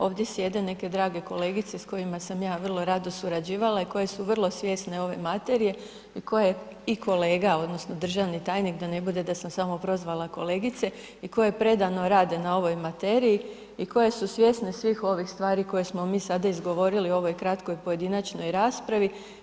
Ovdje sjede neke drage kolegice s kojima sam ja vrlo rado surađivala i koje su vrlo svjesne ove materije i koje i kolega odnosno državni tajnik, da ne bude da sam samo prozvala kolegice i koje predano rade na ovoj materiji i koje su svjesne svih ovih stvari koje smo mi sada izgovorili u ovoj kratkoj pojedinačnoj raspravi.